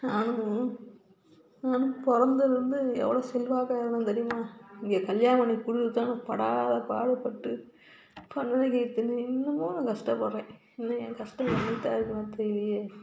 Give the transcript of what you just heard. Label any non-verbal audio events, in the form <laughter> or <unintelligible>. நானும் நானும் <unintelligible> பிறந்ததுலருந்து எவ்வளோ செல்வாக்காக இருந்தேன் தெரியுமா இங்கே கல்யாணம் பண்ணி கொடுத்துதான் படாத பாடு பட்டு கண்டதையும் தின்று இன்னமும் நான் கஷ்டப்படுறேன் இன்னும் ஏன் கஷ்டம் என்றைக்கிதான் <unintelligible> தெரியலயே